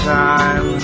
time